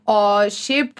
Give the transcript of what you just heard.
o šiaip